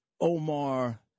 Omar